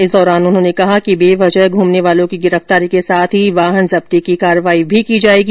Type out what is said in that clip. इस दौरान उन्होंने कहा कि बेवजह घूमने वालों की गिरफतारी के साथ ही वाहन जब्ती की कार्रवाई भी की जाएगी